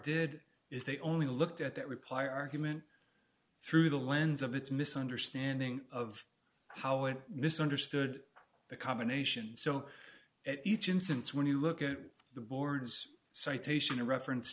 did is they only looked at that reply argument through the lens of its misunderstanding of how it misunderstood the combination so at each instance when you look at the board's citation or reference